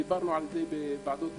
דיברנו על זה בוועדות השונות,